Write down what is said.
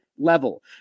level